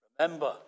Remember